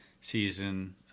season